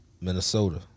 Minnesota